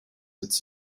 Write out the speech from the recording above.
its